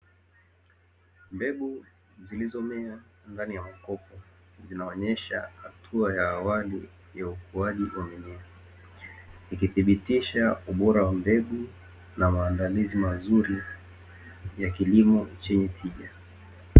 Mbegu zilizomea ndani ya makopo zinaonyesha hatua ya awali ya ukuwaji wa mimea, Ikithibitisha ubora wa mbegu na maandalizi mazuri ya kilimo chenye tija.